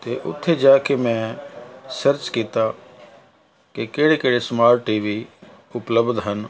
ਅਤੇ ਉੱਥੇ ਜਾ ਕੇ ਮੈਂ ਸਰਚ ਕੀਤਾ ਕਿ ਕਿਹੜੇ ਕਿਹੜੇ ਸਮਾਰਟ ਟੀਵੀ ਉਪਲਬਧ ਹਨ